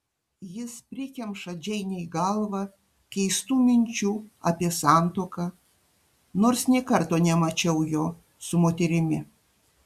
jis prikemša džeinei galvą keistų minčių apie santuoką nors nė karto nemačiau jo su moterimi